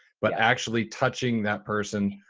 but actually touching that person,